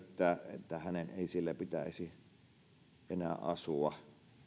että hänen ei siellä pitäisi enää asua